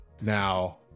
Now